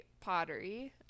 pottery